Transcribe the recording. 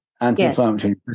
anti-inflammatory